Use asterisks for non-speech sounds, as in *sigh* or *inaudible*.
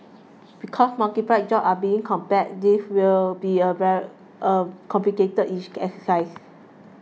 because multiple jobs are being compared this will be a *unintelligible* a complicated each exercise